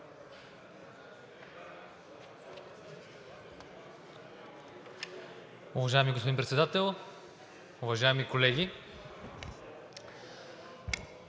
Уважаеми господин Председател, уважаеми колеги!